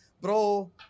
bro